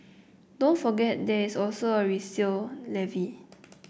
don't forget there is also a resale levy